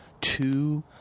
two